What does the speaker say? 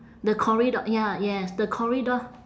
the corridor ya yes the corridor